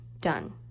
done